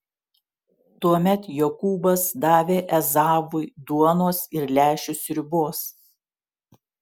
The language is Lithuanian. tuomet jokūbas davė ezavui duonos ir lęšių sriubos